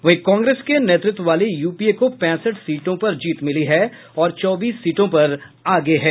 वहीं कांग्रेस के नेतृत्व वाली यूपीए को पैंसठ सीटों पर जीत मिली है और चौबीस सीटों पर आगे है